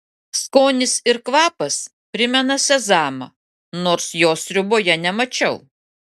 skonis ir kvapas primena sezamą nors jo sriuboje nemačiau